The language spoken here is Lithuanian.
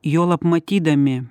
juolab matydami